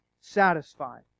satisfied